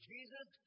Jesus